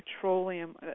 petroleum